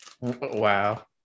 Wow